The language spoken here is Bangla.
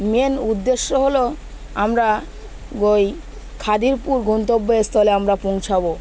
মেন উদ্দেশ্য হল আমরা ওই খাদিরপুর গন্তব্যস্থলে আমরা পৌঁছাবো